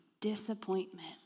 disappointment